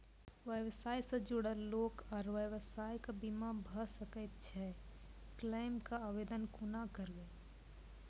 व्यवसाय सॅ जुड़ल लोक आर व्यवसायक बीमा भऽ सकैत छै? क्लेमक आवेदन कुना करवै?